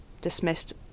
dismissed